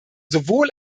sowohl